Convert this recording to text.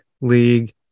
League